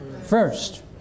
first